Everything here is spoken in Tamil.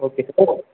ஓகே